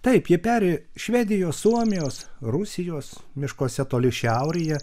taip jie peri švedijos suomijos rusijos miškuose toli šiaurėje